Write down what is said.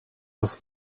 was